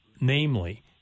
Namely